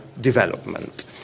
development –